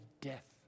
death